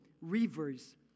rivers